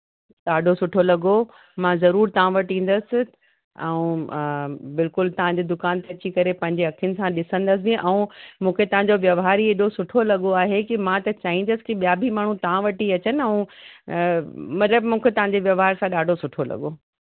ॾाढो सुठो लॻो मां ज़रूरु तव्हां वटि ईंदसि ऐं बिल्कुलु तव्हांजे दुकान ते अची करे पंहिंजी अखियुनि सां ॾिसंदसि बि ऐं मूंखे तव्हांजो वहिंवारु ई एॾो सुठो लॻो आहे की मां चाहींदसि की ॿिया बि माण्हू तव्हां वटि ई अचनि ऐं मतिलबु मूंखे तव्हांजी वहिंवार सां ॾढो सुठो लॻो